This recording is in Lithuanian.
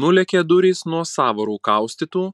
nulėkė durys nuo sąvarų kaustytų